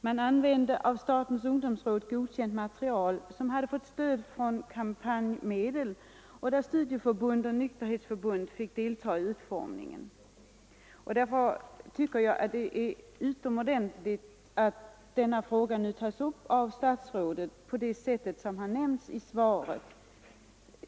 Den använde av statens ungdomsråd godkänt material, som hade fått stöd från kampanjmedel och som studieförbund och nykterhetsförbund fått delta i utformningen av. Därför tycker jag det är utomordentligt bra att denna fråga nu tas upp av statsrådet på det sätt som nämnts i svaret.